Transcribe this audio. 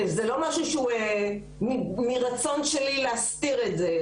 וזה לא משהו שהוא מרצון שלי להסתיר את זה,